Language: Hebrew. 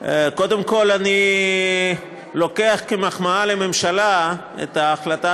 קודם כול אני לוקח כמחמאה לממשלה את ההחלטה